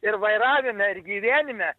ir vairavime ir gyvenime